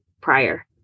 prior